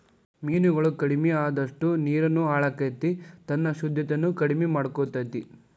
ಮೇನುಗಳು ಕಡಮಿ ಅಅದಷ್ಟ ನೇರುನು ಹಾಳಕ್ಕತಿ ತನ್ನ ಶುದ್ದತೆನ ಕಡಮಿ ಮಾಡಕೊತತಿ